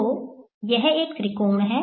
तो यह एक त्रिकोण है